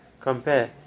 compare